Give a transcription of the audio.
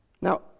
Now